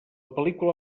pel·lícula